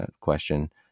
question